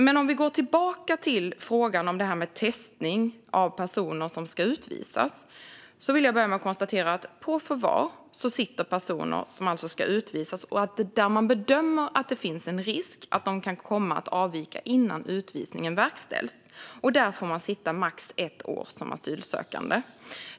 Men jag vill gå tillbaka till frågan om testning av personer som ska utvisas. På förvar sitter personer som ska utvisas och där man bedömer att det finns en risk att de kan komma att avvika innan utvisningen verkställs. Där får man sitta max ett år som asylsökande.